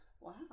Wow